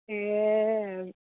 এই